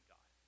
God